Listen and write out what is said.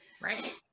right